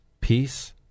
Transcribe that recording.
peace